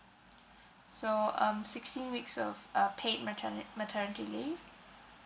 so um sixteen weeks of uh paid materni~ maternity leave